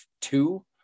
two